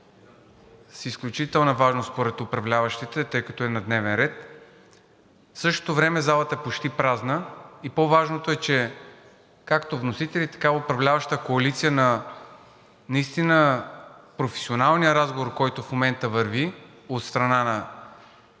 с изключителна важност според управляващите, тъй като е на дневен ред. В същото време залата е почти празна. По-важното е, че както вносителите, така и управляващата коалиция и на наистина професионалния разговор, който върви в момента от страна на